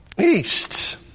East